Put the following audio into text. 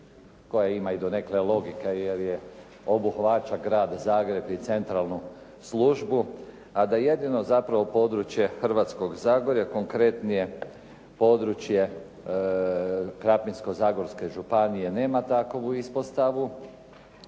koja ima i donekle logike, jer obuhvaća Grad Zagreb i centralnu službu, a da je jedino zapravo područje Hrvatskog zagorja konkretnije područje Krapinsko-zagorske županije nema takovu ispostavu